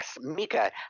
Mika